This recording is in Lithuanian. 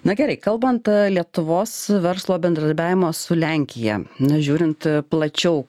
na gerai kalbant lietuvos verslo bendradarbiavimo su lenkija n žiūrint plačiau